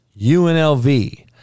UNLV